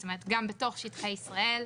זאת אומרת גם בתוך שטחי ישראל.